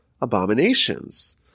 abominations